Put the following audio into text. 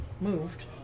moved